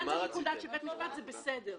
יואל, מה רציתם?